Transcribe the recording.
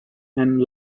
and